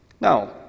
Now